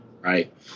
Right